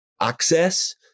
access